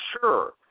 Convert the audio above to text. Sure